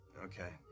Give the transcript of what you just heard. okay